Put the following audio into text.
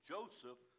Joseph